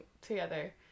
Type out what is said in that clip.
together